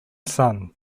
son